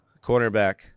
cornerback